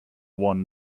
won